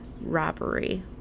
robbery